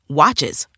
watches